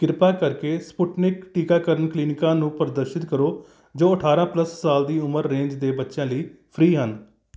ਕਿਰਪਾ ਕਰਕੇ ਸਪੁਟਨਿਕ ਟੀਕਾਕਰਨ ਕਲੀਨਿਕਾਂ ਨੂੰ ਪ੍ਰਦਰਸ਼ਿਤ ਕਰੋ ਜੋ ਅਠਾਰ੍ਹਾਂ ਪਲੱਸ ਸਾਲ ਦੀ ਉਮਰ ਰੇਂਜ ਦੇ ਬੱਚਿਆਂ ਲਈ ਫ੍ਰੀ ਹਨ